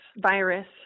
virus